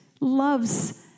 loves